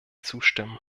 zustimmen